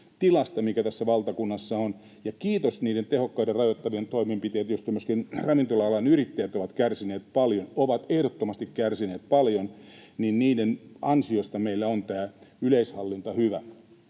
tilasta, mikä tässä valtakunnassa on. Ja kiitos niiden tehokkaiden rajoittavien toimenpiteiden — joista myöskin ravintola-alan yrittäjät ovat kärsineet paljon, ovat ehdottomasti kärsineet paljon — meillä on tämä yleishallinta hyvä.